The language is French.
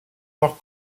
nord